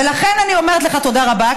ולכן אני אומרת לך תודה רבה,